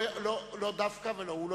לא דווקא ולא הוא.